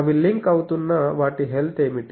అవి లింక్ అవుతున్న వాటి హెల్త్ ఏమిటి